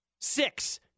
Six